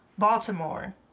baltimore